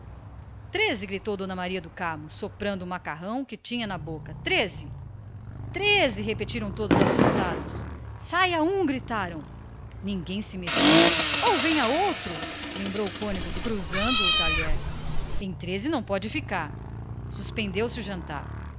bradou d maria do carmo soprando o macarrão que tinha na boca treze treze repetiram todas as senhoras assustadas saia um reclamaram ninguém se mexeu ou venha outro lembrou o cônego largando a colher em treze não pode ficar suspendeu se o jantar